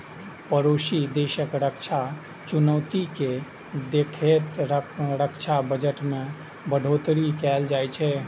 पड़ोसी देशक रक्षा चुनौती कें देखैत रक्षा बजट मे बढ़ोतरी कैल जाइ छै